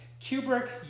kubrick